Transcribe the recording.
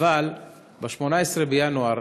אבל ב-18 בינואר